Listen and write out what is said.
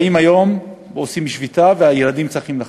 באים היום ועושים שביתה והילדים צריכים לחכות.